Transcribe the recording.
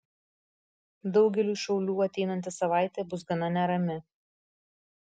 daugeliui šaulių ateinanti savaitė bus gana nerami